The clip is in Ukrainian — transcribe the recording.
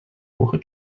вуха